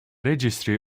registry